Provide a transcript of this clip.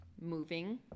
moving